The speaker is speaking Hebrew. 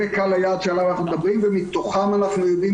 זה קהל היעד שעליו אנחנו מדברים ומתוכן אנחנו יודעים